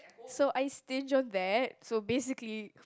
so I stinge on that so basically